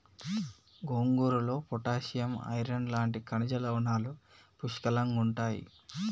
గోంగూరలో potassium, iron లాంటి ఖనిజ లవణాలు పుష్కలంగుంటాయి